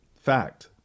Fact